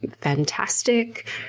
fantastic